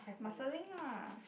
muscling a